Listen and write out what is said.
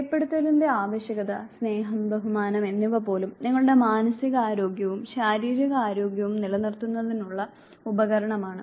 വെളിപ്പെടുത്തലിന്റെ ആവശ്യകത സ്നേഹം ബഹുമാനം എന്നിവ പോലും നിങ്ങളുടെ മാനസികാരോഗ്യവും ശാരീരിക ആരോഗ്യവും നിലനിർത്തുന്നതിനുള്ള ഉപകരണമാണ്